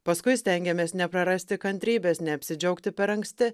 paskui stengėmės neprarasti kantrybės neapsidžiaugti per anksti